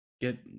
Get